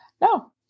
no